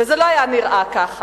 וזה לא היה נראה ככה.